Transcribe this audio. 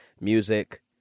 music